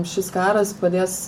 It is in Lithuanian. šis karas padės